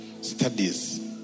studies